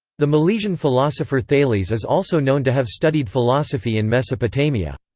the milesian philosopher thales is also known to have studied philosophy in mesopotamia.